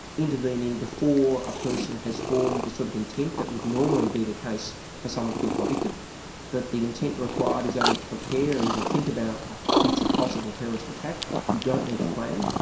intervening before a person has formed the sort of intent that would normally be the case for someone to be convicted that the intent required is only to prepare or even think about a future possible terrorist attack you don't need a plan,